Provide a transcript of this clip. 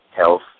health